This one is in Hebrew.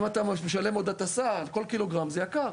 אם אתה משלם עוד על הטסה על כל קילוגרם, זה יקר.